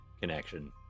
connection